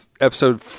episode